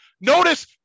Notice